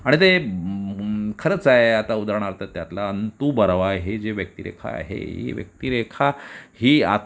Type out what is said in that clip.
आणि ते खरंच आहे आता उदाहरणार्थ त्यातला अंतू बर्वा हे जी व्यक्तिरेखा आहे ही व्यक्तिरेखा ही आत